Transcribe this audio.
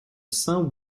saint